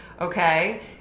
Okay